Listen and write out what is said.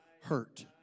Hurt